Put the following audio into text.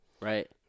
Right